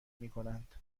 میکنند